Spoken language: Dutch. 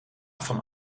van